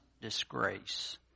disgrace